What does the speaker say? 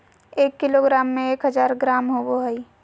एक किलोग्राम में एक हजार ग्राम होबो हइ